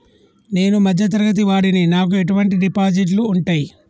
నేను మధ్య తరగతి వాడిని నాకు ఎటువంటి డిపాజిట్లు ఉంటయ్?